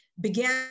began